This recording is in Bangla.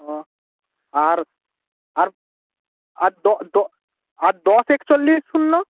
ও আর আর আর আর দশ একচল্লিশ শূন্য